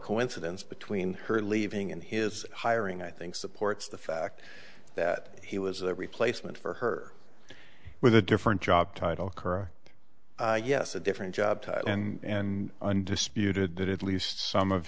coincidence between her leaving and his hiring i think supports the fact that he was a replacement for her with a different job title occur yes a different job title and undisputed that at least some of